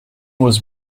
was